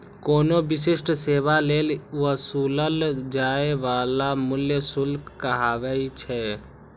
कोनो विशिष्ट सेवा लेल वसूलल जाइ बला मूल्य शुल्क कहाबै छै